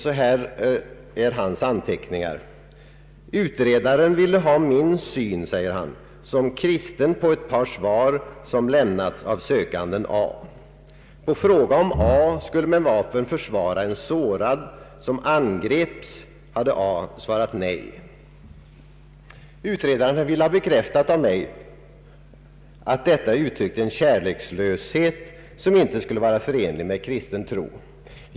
Så här lyder hans anteckningar: ”Utredaren ville ha min syn som kristen på ett par svar som lämnats av sökanden A. På fråga om A skulle med vapen försvara en sårad som angreps hade A svarat nej. Utredaren ville ha bekräftat av mig att detta uttryckte en kärlekslöshet, som inte skulle vara förenlig med kristen tro.